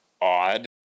odd